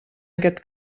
aquest